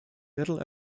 little